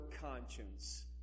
conscience